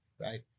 right